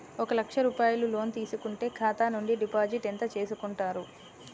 ఒక లక్ష రూపాయలు లోన్ తీసుకుంటే ఖాతా నుండి డిపాజిట్ ఎంత చేసుకుంటారు?